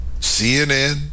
CNN